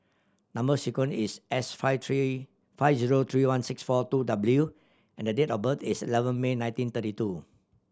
number sequence is S five three five zero three one six four two W and date of birth is eleven May nineteen thirty two